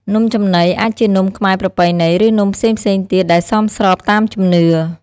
នំចំណី អាចជានំខ្មែរប្រពៃណី ឬនំផ្សេងៗទៀតដែលសមស្របតាមជំនឿ។